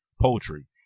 poetry